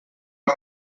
est